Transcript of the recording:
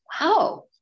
Wow